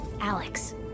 Alex